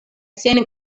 sen